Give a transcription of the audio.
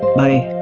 bye.